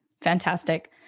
Fantastic